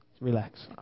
Relax